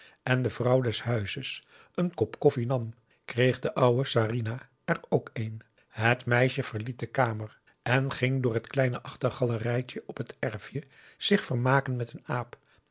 en de vrouw des huizes een kop koffie nam kreeg de oude sarinah er ook een het meisje verliet de kamer en ging door het kleine achtergalerijtje op het erfje zich vermaken met een aap